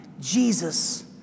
Jesus